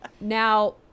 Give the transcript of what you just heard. now